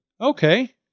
Okay